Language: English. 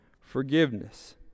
forgiveness